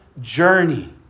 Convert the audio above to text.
journey